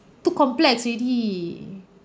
too complex already